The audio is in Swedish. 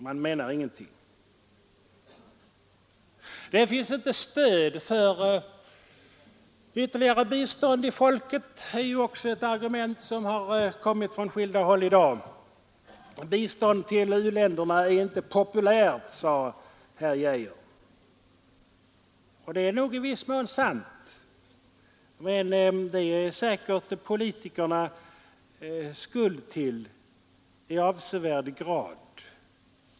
Då menar man ingenting med det. Ett annat argument som har framförts från skilda håll i dag är att det inte finns något stöd hos folket för ytterligare bistånd. Bistånd till u-länderna är inte populärt, sade herr Geijer, och det är nog i viss mån sant, men det är säkert politikerna skuld till i avsevärd grad.